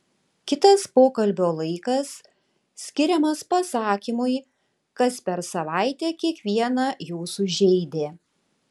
kitas pokalbio laikas skiriamas pasakymui kas per savaitę kiekvieną jūsų žeidė